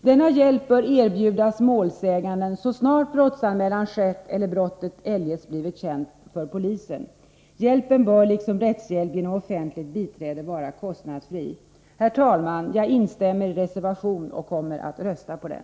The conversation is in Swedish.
Denna hjälp bör erbjudas målsäganden så snart brottsanmälan skett eller brottet eljest blivit känt för polisen. Hjälpen bör liksom rättshjälp genom offentligt biträde vara kostnadsfri. Herr talman! Jag instämmer i reservation 3 och kommer att rösta på den.